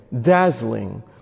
dazzling